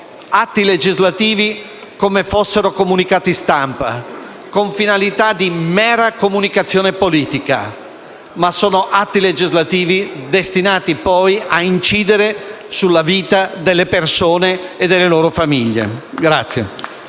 atti legislativi come fossero comunicati stampa, con finalità di mera comunicazione politica, laddove sono atti destinati poi a incidere sulla vita delle persone e delle loro famiglie.